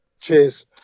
Cheers